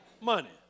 money